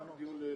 דיון ל-2019.